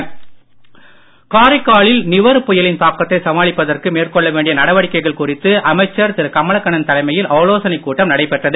கமலக்கண்ணன் காரைக்காலில் நிவர் புயலின் தாக்கத்தை சமாளிப்பதற்கு மேற்கொள்ள வேண்டிய நடவடிக்கைகள் குறித்து அமைச்சர் திரு கமலக்கண்ணன் தலைமையில் ஆலோசனைக் கூட்டம் நடைபெற்றது